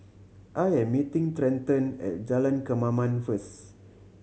I am meeting Trenten at Jalan Kemaman first